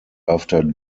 after